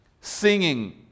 Singing